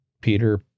Peter